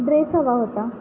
dress हवा होता